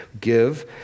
give